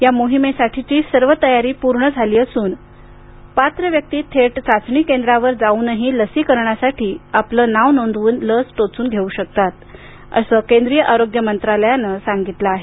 या मोहिमेसाठीची सर्व तयारी पूर्ण झाली नियोजित असून पात्र व्यक्ती थेट चाचणी केंद्रावर जाऊनही लसीकरणासाठी आपले नाव नोंदवून लस टोचवून घेऊ शकतात असं केंद्रीय आरोग्य मंत्रालयानं सांगितलं आहे